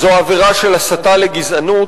זו עבירה של הסתה לגזענות.